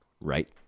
right